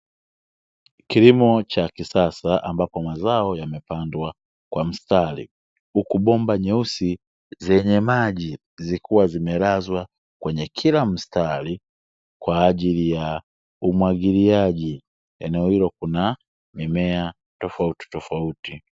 Kilimo cha kisasa, ambapo mazao yamepandwa kwa mstari, huku bomba nyeusi zenye maji zikiwa zimelazwa kwenye kila mstari kwa ajili ya umwagiliaji. Eneo hilo kuna mimea tofautitofauti.